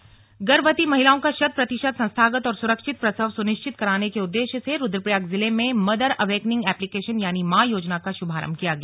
slug मां योजना गर्भवती महिलाओं का शत प्रतिशत संस्थागत और सुरक्षित प्रसव सुनिश्चित कराने के उद्देश्य से रुद्रप्रयाग जिले में मदर अवेकनिंग एप्लीकेशन यानि मां योजना का शुभारंभ किया गया